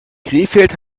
krefeld